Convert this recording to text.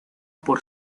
por